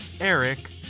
Eric